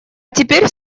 теперь